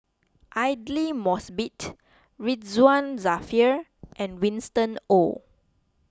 Aidli Mosbit Ridzwan Dzafir and Winston Oh